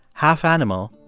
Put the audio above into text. half-animal,